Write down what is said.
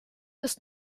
ist